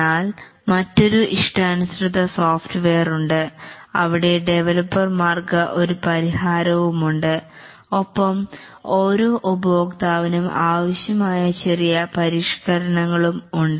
എന്നാൽ മറ്റൊരു ഇഷ്ടാനുസൃത സോഫ്റ്റ്വെയർ ഉണ്ട് അവിടെ ഡെവലപ്പർമാർക്കു ഒരു പരിഹാരമുണ്ട് ഒപ്പം ഓരോ ഉപഭോക്താവിനും ആവശ്യമായ ചെറിയ പരിഷ്കരണങ്ങളും ഉണ്ട്